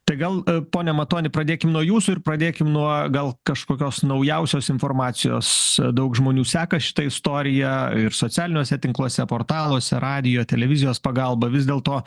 tai gal pone matoni pradėkim nuo jūsų ir pradėkim nuo gal kažkokios naujausios informacijos daug žmonių seka šitą istoriją ir socialiniuose tinkluose portaluose radijo televizijos pagalba vis dėl to